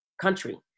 country